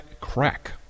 Crack